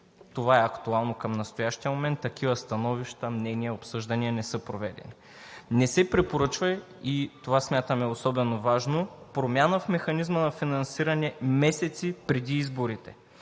Това е актуално към настоящия момент. Такива становища, мнения, обсъждания не са проведени. Не се препоръчва, и това смятам е особено важно, промяна в механизма на финансиране месеци преди изборите.